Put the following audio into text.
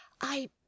I